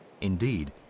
Indeed